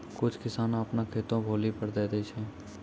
कुछ किसाने अपनो खेतो भौली पर दै छै